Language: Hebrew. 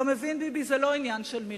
אתה מבין, ביבי, זה לא עניין של מלים.